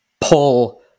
pull